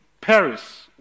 Paris